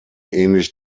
ähnlich